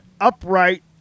upright